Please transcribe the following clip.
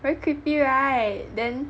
very creepy right then